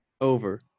over